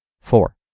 Four